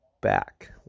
back